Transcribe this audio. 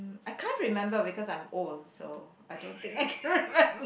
mm I can't remember because I'm old so I don't think I cannot remember